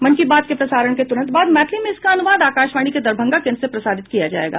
मन की बात के प्रसारण के तुरंत बाद मैथिली में इसका अनुवाद आकाशवाणी के दरभंगा केन्द्र से प्रसारित किया जायेगा